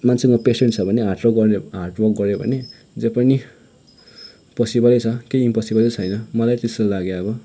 मान्छेकोमा पेसेन्ट छ भने हार्ड वर्क गर्ने हार्ड वर्क गऱ्यो भने जे पनि पोसिबलै छ केइ इम्पोसिबल चाहिँ छैन मलाई त्यस्तो लाग्यो अब